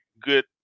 good